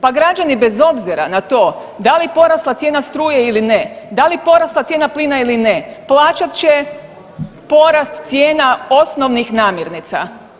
Pa građani bez obzira na to da li porasla cijena struje ili ne, da li porasla cijena plina ili ne plaćat će porast cijena osnovnih namirnica.